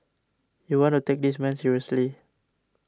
you want to take this man seriously